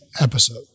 episode